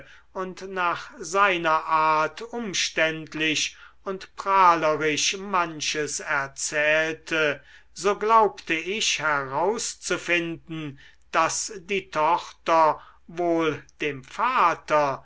und nach seiner art umständlich und prahlerisch manches erzählte so glaubte ich herauszufinden daß die tochter wohl dem vater